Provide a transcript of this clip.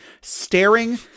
staring